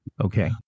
Okay